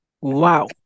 Wow